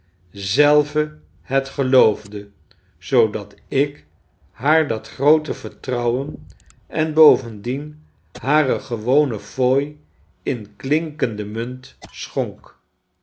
zelve het geloofde zoodat ik haar dat groote vertrouwen en bovendien hare gewone fooi in klinkende munt schonk